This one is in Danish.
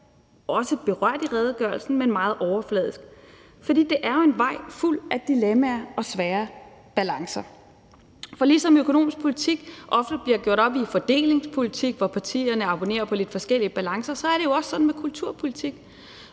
også berørt i redegørelsen, men meget overfladisk, for det er jo en vej fuld af dilemmaer og svære balancer. For ligesom økonomisk politik ofte bliver gjort op i fordelingspolitik, hvor partierne abonnerer på lidt forskellige balancer, er det jo også sådan med kulturpolitik,